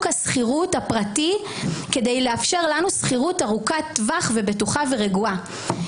השכירות הפרטי כדי לאפשר לנו שכירות ארוכת טווח בטוחה ורגועה.